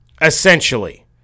essentially